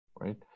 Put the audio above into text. right